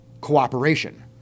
cooperation